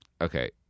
okay